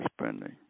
spending